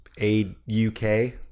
A-U-K